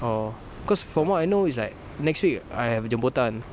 oh cause from what I know is like next week I have a jemputan